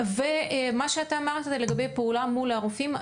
ומה שאתה אמרת לגבי פעולה מול הרופאים,